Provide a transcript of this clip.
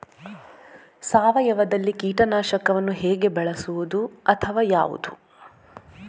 ಸಾವಯವದಲ್ಲಿ ಕೀಟನಾಶಕವನ್ನು ಹೇಗೆ ಬಳಸುವುದು ಅಥವಾ ಯಾವುದು?